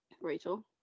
Rachel